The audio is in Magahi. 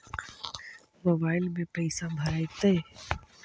मोबाईल में पैसा भरैतैय?